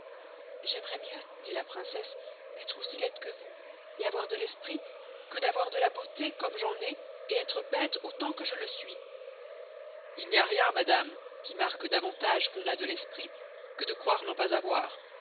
j'aimerois mieux dit la princesse estre aussi laide que vous et avoir de l'esprit que d'avoir de la beauté comme j'en ay et estre beste autant que je le suis il n'y a rien madame qui marque davantage qu'on a de l'esprit que de croire n'en pas avoir